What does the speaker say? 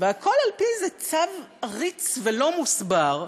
והכול על-פי איזה צו עריץ ולא מוסבר.